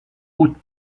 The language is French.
haute